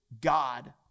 God